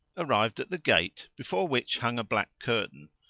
arrived at the gate, before which hung a black curtain,